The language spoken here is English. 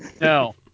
No